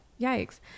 yikes